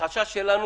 החשש שלנו